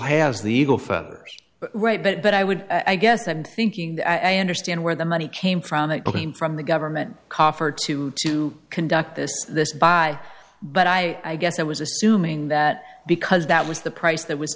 has the eagle feathers right but i would i guess i'm thinking i understand where the money came from that claim from the government kafir to to conduct this this by but i guess i was assuming that because that was the price that was